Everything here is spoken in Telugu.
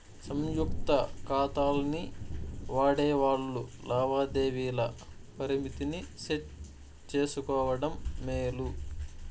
సంయుక్త కాతాల్ని వాడేవాల్లు లావాదేవీల పరిమితిని సెట్ చేసుకోవడం మేలు